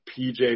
PJ